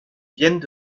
viennent